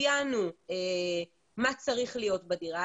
אפיינו מה צריך להיות בדירה,